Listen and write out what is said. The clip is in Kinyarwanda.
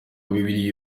bibiliya